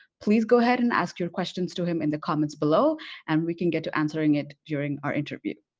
please, go ahead and ask your questions to him in the comments below and we can get to answering it during our interview.